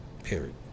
Period